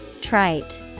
Trite